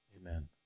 amen